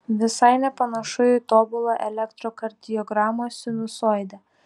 visai nepanašu į tobulą elektrokardiogramos sinusoidę